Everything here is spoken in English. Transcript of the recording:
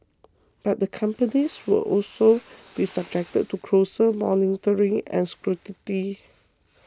but the companies will also be subjected to closer monitoring and scrutiny